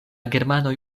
germanoj